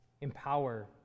empower